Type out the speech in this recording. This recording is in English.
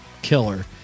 Killer